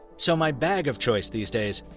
so my bag of choice these days,